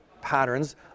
patterns